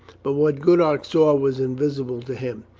but what goodhart saw was invisible to him.